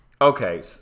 Okay